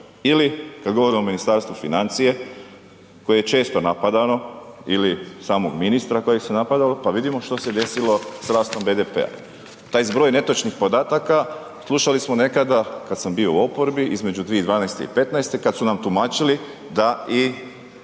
ili kad govorimo o Ministarstvu financija, samog ministra kojeg se napadalo, pa vidimo što se desilo sa rastom BDP-a. Taj zbroj netočnih podataka slušali smo nekada kad sam bio u oporbi, između 2012. i 2015., kad su nam tumačili da i